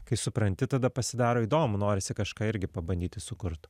kai supranti tada pasidaro įdomu norisi kažką irgi pabandyti sukurt